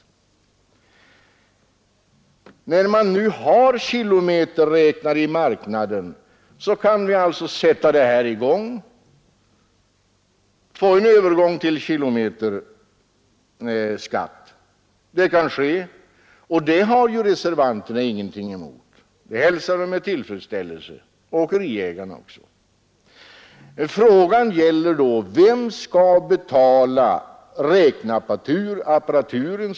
Eftersom det numera finns kilometerräknare i marknaden kan vi alltså sätta i gång genast och få en övergång till kilometerskatt. Detta har reservanterna ingenting emot — det hälsar de med tillfredsställelse, och det gör åkeriägarna också. Frågan gäller då vem som skall betala räknarapparaturen.